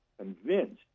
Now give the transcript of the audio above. convinced